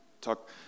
talk